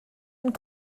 and